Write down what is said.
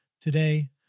Today